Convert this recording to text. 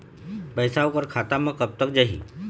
पैसा ओकर खाता म कब तक जाही?